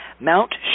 Mount